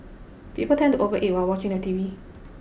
people tend to overeat while watching the T V